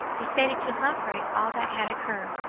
he stated to humphrey all that had occurred,